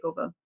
takeover